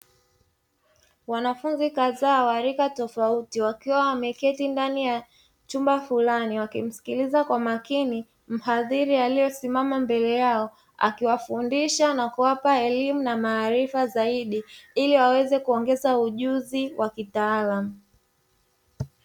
Wanafunzi kadhaa wa rika tofauti wakiwa wameketi ndani ya chumba fulani, wakimsikiliza kwa makini mhadhiri aliyesimama mbele yao akiwafundisha na kuwapa elimu na maarifa zaidi, ili waweze kuongeza ujuzi wa kitaalamu.